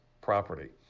property